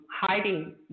hiding